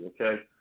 okay